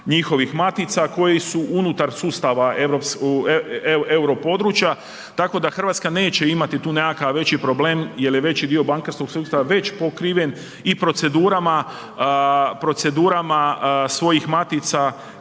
koje su unutar sustava euro područja tako da Hrvatska neće imati tu nekakav veći problem jer je veći dio bankarskog sustava već pokriven i procedurama svojih matica